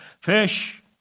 fish